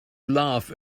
laugh